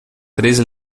três